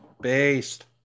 Based